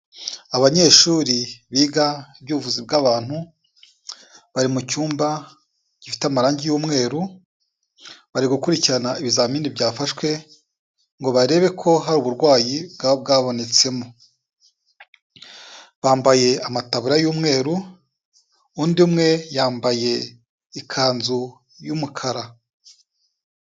Abanyeshuri biga iby'ubuvuzi bw'abantu, bari mu cyumba gifite amarangi y'umweru, bari gukurikirana ibizamini byafashwe ngo barebe ko hari uburwayi bwaba bwabonetsemo. Bambaye amataburiya y'umweru, undi umwe yambaye ikanzu y'umukara.